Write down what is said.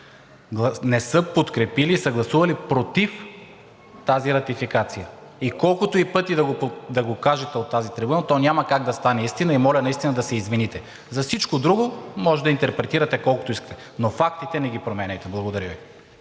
не са подкрепили и са гласували против тази ратификация. И колкото и пъти да го кажете от тази трибуна, то няма как да стане истина и моля наистина да се извините. За всичко друго може да интерпретирате колкото искате, но фактите не ги променяйте. Благодаря Ви.